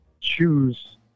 choose